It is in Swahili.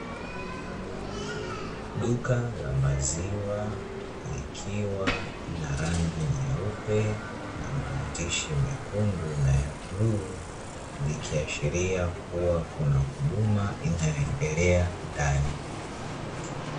Duka la maziwa likiwa na rangi nyeupe na maandishi mekundu na ya bluu, likiashiria kuwa kuna huduma inayoendelea ndani.